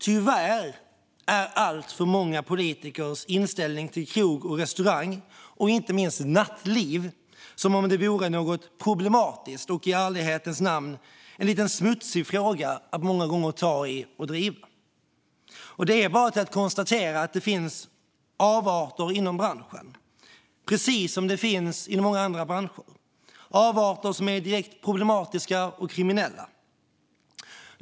Tyvärr är alltför många politikers inställning till krog och restaurangliv, och inte minst nattliv, att det är något problematiskt och i ärlighetens namn många gånger en lite smutsig fråga att ta i och driva. Och det är bara att konstatera att det, precis som inom många andra branscher, finns avarter som är direkt problematiska och kriminella.